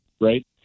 Right